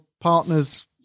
partner's